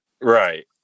right